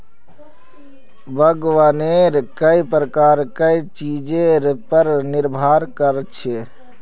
बागवानीर कई प्रकार कई चीजेर पर निर्भर कर छे